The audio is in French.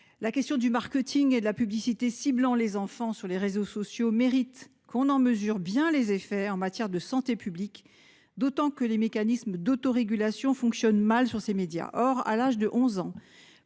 La question du marketing et de la publicité ciblant les enfants sur les réseaux sociaux mérite qu'on en mesure bien les effets en matière de santé publique, d'autant que les mécanismes d'autorégulation fonctionnent mal sur ces médias. Or, à l'âge de 11 ans,